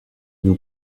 nous